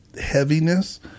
heaviness